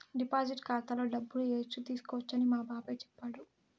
deposit ఖాతాలో డబ్బులు ఏయచ్చు తీసుకోవచ్చని మా బాబాయ్ చెప్పాడు